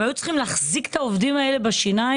הם היו צריכים להחזיק את העובדים הללו בשיניים,